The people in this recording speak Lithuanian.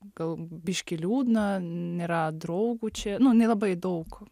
gal biškį liūdna nėra draugų čia nu nelabai daug